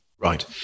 Right